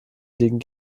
liegen